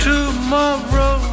Tomorrow